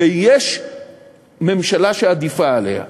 ויש ממשלה שעדיפה עליה.